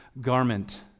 garment